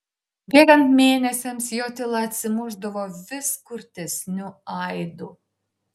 bėgant mėnesiams jo tyla atsimušdavo vis kurtesniu aidu